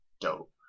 Dope